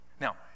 Now